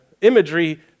imagery